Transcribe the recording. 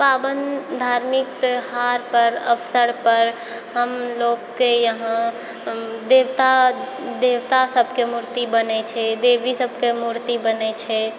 पावनि धार्मिक त्यौहारपर अवसरपर हम लोगके यहाँ देवता देवता सभके मूर्ति बनै छै देवी सबके मूर्ति बनै छै